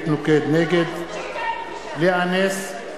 נגד לאה נס,